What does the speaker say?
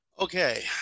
Okay